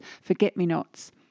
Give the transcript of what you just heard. forget-me-nots